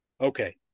Okay